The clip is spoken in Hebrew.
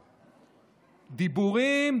דיבורים,